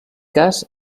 cas